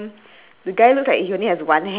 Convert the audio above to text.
mm so